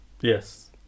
Yes